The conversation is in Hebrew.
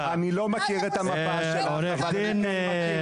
אני לא מכיר את המפה שלך עורך דין נרוב,